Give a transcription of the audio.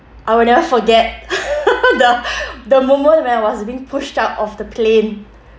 I will never forget the the moment when I was being pushed out of the plane